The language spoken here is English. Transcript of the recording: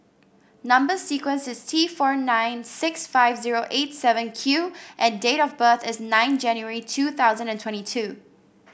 number sequence is T four nine six five zero eight seven Q and date of birth is nine January two thousand and twenty two